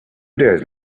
days